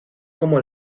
como